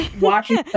watching